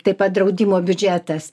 taip pat draudimo biudžetas